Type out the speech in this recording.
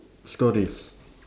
stories